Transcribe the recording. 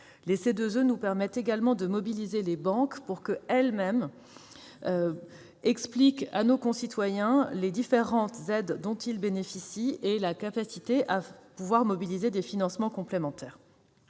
Les C2E nous permettent également de mobiliser les banques pour faire en sorte qu'elles expliquent elles-mêmes à nos concitoyens les différentes aides dont ils bénéficient et la capacité à mobiliser des financements complémentaires.